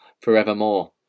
forevermore